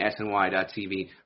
SNY.tv